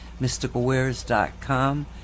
Mysticalwares.com